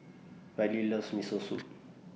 Rylee loves Miso Soup